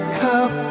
cup